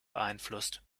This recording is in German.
beeinflusst